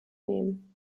nehmen